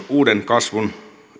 uuden kasvun